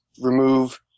remove –